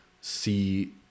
see